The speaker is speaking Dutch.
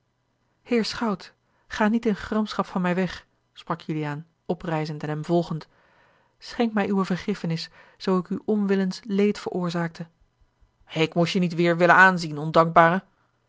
heer schout ga niet in gramschap van mij weg sprak juliaan oprijzend en hem volgend schenk mij uwe vergiffenis zoo ik u onwillens leed veroorzaakte ik moest je niet weêr willen aanzien ondankbare